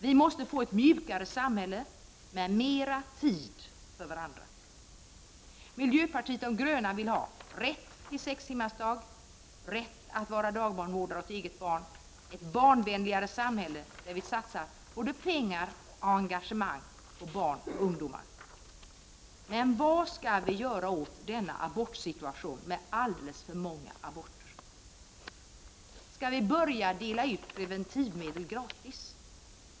Vi måste få ett mjukare samhälle med mer tid för varandra. Miljöpartiet de gröna vill att man skall ha rätt till sex timmars arbetsdag, rätt att vara dagbarnvårdare åt eget barn och vill ha ett barnvänligare samhälle, där man satsar både pengar och engagemang på barn och ungdomar. Vad ska vi då göra åt de alldeles för många aborterna? Skall vi börja dela ut preventivmedel gratis?